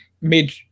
made